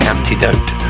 Antidote